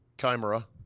Chimera